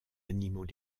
animaux